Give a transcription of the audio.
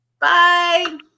Bye